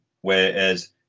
whereas